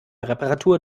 reparatur